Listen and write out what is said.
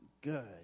good